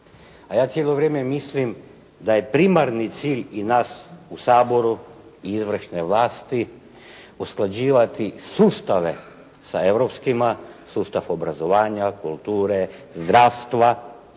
A ja cijelo vrijeme mislim da je primarni cilj i nas u Saboru izvršne vlasti usklađivati sustave sa europskima, sustav obrazovanja, kulture, zdravstva